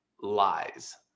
lies